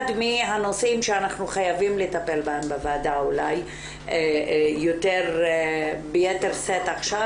אחד מהנושאים שאנחנו חייבים לטפל בהם בוועדה אולי יותר ביתר שאת עכשיו,